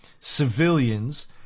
civilians